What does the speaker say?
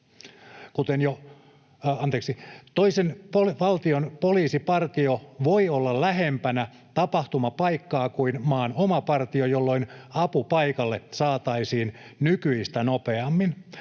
Toisen valtion poliisipartio voi olla lähempänä tapahtumapaikkaa kuin maan oma partio, jolloin apu paikalle saataisiin nykyistä nopeammin.